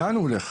לאן הוא הולך?